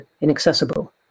inaccessible